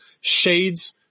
shades